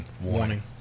warning